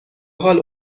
حال